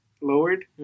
lowered